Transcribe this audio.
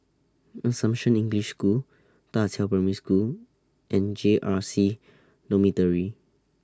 Assumption English School DA Qiao Primary School and J R C Dormitory